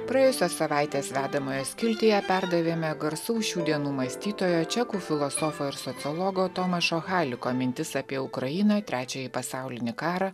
praėjusios savaitės vedamojo skiltyje perdavėme garsaus šių dienų mąstytojo čekų filosofo ir sociologo tomašo haliko mintis apie ukrainą trečiąjį pasaulinį karą